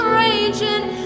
raging